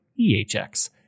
EHX